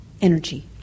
energy